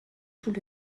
tout